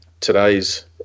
today's